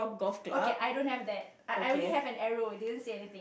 okay I don't have that I I only have an arrow didn't say anything